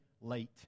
late